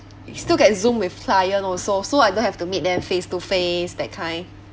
still can zoom with client also so I don't have to meet them face to face that kind